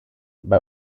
bei